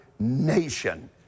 nation